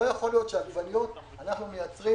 לא יכול להיות שעגבניות אנחנו מייצרים